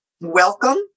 welcome